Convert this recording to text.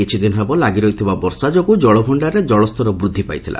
କିଛି ଦିନ ହେବ ଲାଗି ରହିଥିବା ବର୍ଷା ଯୋଗୁଁ ଜଳ ଭଣ୍ତାରରେ ଜଳସ୍ତର ବୃଦ୍ଧି ପାଇଥିଲା